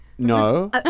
No